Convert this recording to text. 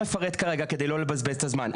אפרט עליהן כרגע כדי לא לבזבז את הזמן.